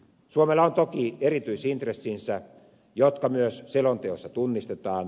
suomella on toki erityisintressinsä jotka myös selonteossa tunnistetaan